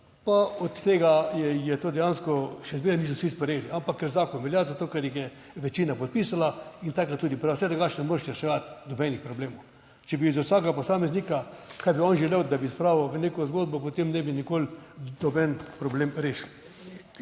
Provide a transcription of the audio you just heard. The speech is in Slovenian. pa od tega je, to dejansko še zmeraj niso vsi sprejeli, ampak ker zakon velja zato, ker jih je večina podpisala in takrat tudi prav, saj drugače ne moreš reševati nobenih problemov. Če bi za vsakega posameznika, kaj bi on želel, da bi spravil v neko zgodbo, potem ne bi nikoli noben problem rešili.